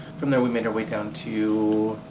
from there, we made our way down to